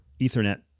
Ethernet